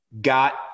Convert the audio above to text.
got